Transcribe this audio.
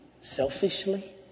selfishly